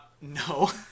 no